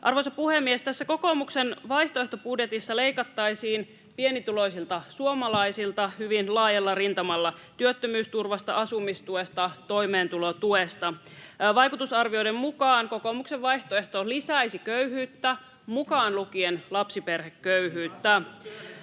Arvoisa puhemies! Tässä kokoomuksen vaihtoehtobudjetissa leikattaisiin pienituloisilta suomalaisilta hyvin laajalla rintamalla: työttömyysturvasta, asumistuesta, toimeentulotuesta. Vaikutusarvioiden mukaan kokoomuksen vaihtoehto lisäisi köyhyyttä, mukaan lukien lapsiperheköyhyyttä.